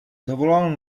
zavolal